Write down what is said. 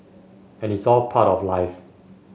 and it's all part of life